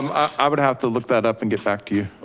i would have to look that up and get back to you.